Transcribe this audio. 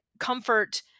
comfort